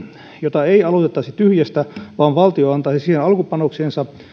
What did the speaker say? jota ei aloitettaisi tyhjästä vaan valtio antaisi siihen alkupanoksensa